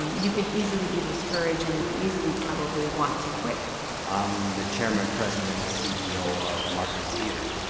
you could easily be discouraged and you can easily probably want to quit. i'm the chairman, president, and ceo of marcus theaters.